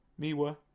Miwa